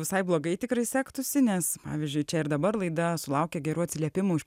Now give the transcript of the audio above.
visai blogai tikrai sektųsi nes pavyzdžiui čia ir dabar laida sulaukė gerų atsiliepimų iš